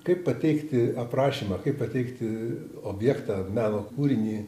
kaip pateikti aprašymą kaip pateikti objektą ar meno kūrinį